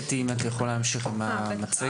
אתי, את יכולה להמשיך עם המצגת?